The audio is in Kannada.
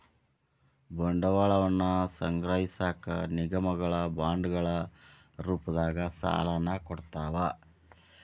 ಬಂಡವಾಳವನ್ನ ಸಂಗ್ರಹಿಸಕ ನಿಗಮಗಳ ಬಾಂಡ್ಗಳ ರೂಪದಾಗ ಸಾಲನ ಕೊಡ್ತಾವ